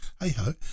hey-ho